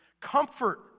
comfort